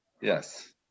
Yes